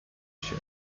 się